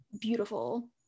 beautiful